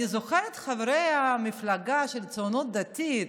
אני זוכרת את חברי המפלגה של הציונות הדתית,